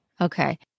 Okay